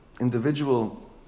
individual